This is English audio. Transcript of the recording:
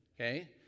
okay